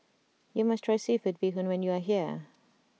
you must try Seafood Bee Hoon when you are here